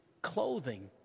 Clothing